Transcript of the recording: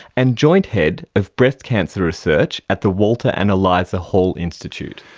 and joint head of breast cancer research at the walter and eliza hall institute.